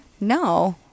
No